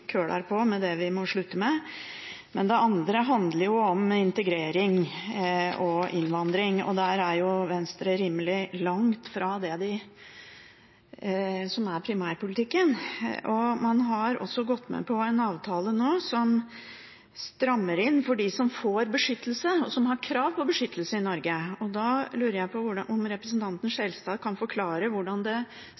på med det vi må slutte med. Men det andre handler om integrering og innvandring. Der er Venstre rimelig langt fra det som er primærpolitikken. Man har også gått med på en avtale nå som strammer inn for dem som får beskyttelse og har krav på beskyttelse i Norge. Da lurer jeg på om representanten Skjelstad kan forklare hvordan det